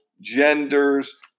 genders